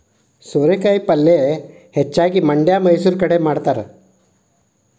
ಸೋರೆಕಾಯಿ ಪಲ್ಯೆ ಹೆಚ್ಚಾಗಿ ಮಂಡ್ಯಾ ಮೈಸೂರು ಕಡೆ ಮಾಡತಾರ